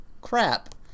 crap